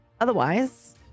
Otherwise